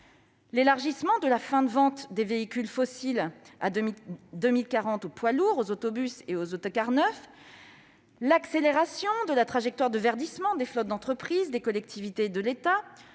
l'élargissement de la fin de vente des véhicules fossiles en 2040 aux poids lourds, aux autobus et aux autocars neufs ; l'accélération de la trajectoire de verdissement des flottes d'entreprises, des collectivités et de l'État